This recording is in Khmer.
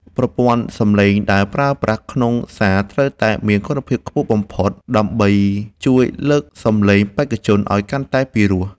ប្រព័ន្ធសម្លេងដែលប្រើប្រាស់ក្នុងសាលត្រូវតែមានគុណភាពខ្ពស់បំផុតដើម្បីជួយលើកសម្លេងបេក្ខជនឱ្យកាន់តែពិរោះ។